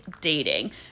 dating